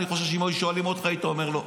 אני חושב שאם היו שואלים אותך, היית אומר שלא.